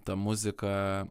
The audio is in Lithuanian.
ta muzika